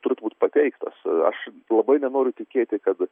turi būt pateiktas aš labai nenoriu tikėti kad